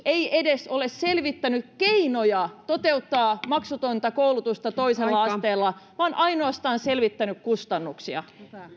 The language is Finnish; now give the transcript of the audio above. ei edes ole selvittänyt keinoja toteuttaa maksutonta koulutusta toisella asteella vaan on ainoastaan selvittänyt kustannuksia